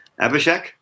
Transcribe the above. Abhishek